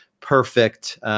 perfect